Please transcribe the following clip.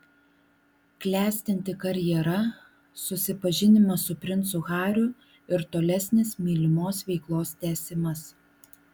klestinti karjera susipažinimas su princu hariu ir tolesnis mylimos veiklos tęsimas